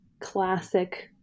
classic